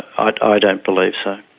ah but i don't believe so.